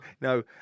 No